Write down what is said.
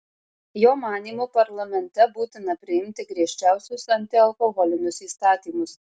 jo manymu parlamente būtina priimti griežčiausius antialkoholinius įstatymus